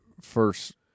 first